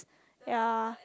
ye